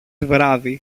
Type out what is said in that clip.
βράδυ